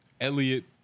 Elliot